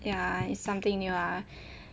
ya it's something new ah